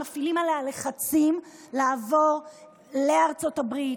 מפעילים עליה לחצים לעבור לארצות הברית,